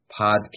Podcast